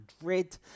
Madrid